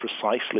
precisely